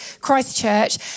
Christchurch